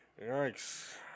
yikes